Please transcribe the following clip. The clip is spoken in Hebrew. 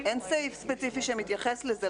אין סעיף ספציפי שמתייחס לזה,